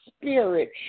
spirit